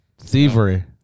Thievery